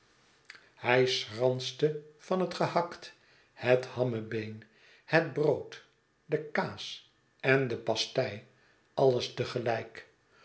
hij schranste van het gehakt het hammebeen het brood de kaas en de pastei alles